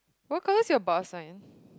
what colour is your bus sign